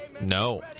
No